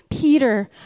Peter